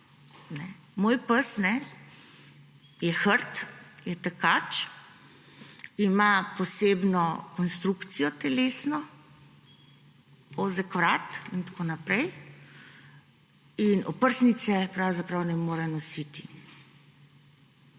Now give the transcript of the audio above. Moj pes je hrt, je tekač, ima posebno telesno konstrukcijo, ozek vrat in tako naprej, in oprsnice pravzaprav ne more nositi.